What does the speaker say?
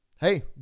Hey